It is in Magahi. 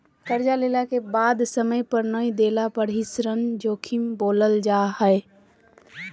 कर्जा लेला के बाद समय पर नय देला पर ही ऋण जोखिम बोलल जा हइ